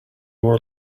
were